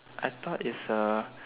I thought it's a